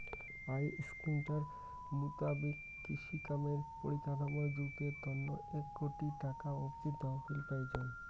I স্কিমটার মুতাবিক কৃষিকামের পরিকাঠামর জুতের তন্ন এক কোটি টাকা অব্দি তহবিল পাইচুঙ